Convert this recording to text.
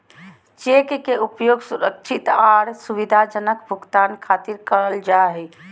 cheque के उपयोग सुरक्षित आर सुविधाजनक भुगतान खातिर करल जा हय